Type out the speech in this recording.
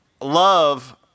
love